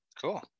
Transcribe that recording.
Cool